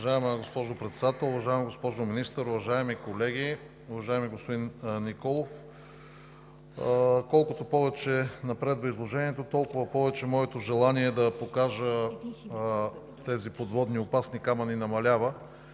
Уважаема госпожо Председател, уважаема госпожо Министър, уважаеми колеги! Уважаеми господин Николов, колкото повече напредва изложението, толкова повече моето желание да покажа тези подводни, опасни камъни намалява,